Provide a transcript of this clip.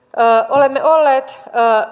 olemme olleet